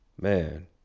man